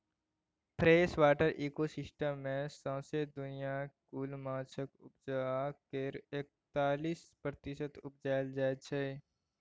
freshwater ecosystem मे सौसें दुनियाँक कुल माछक उपजा केर एकतालीस प्रतिशत उपजाएल जाइ छै